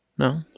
No